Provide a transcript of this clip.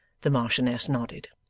the marchioness nodded.